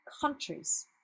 countries